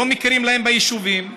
לא מכירים להם ביישובים,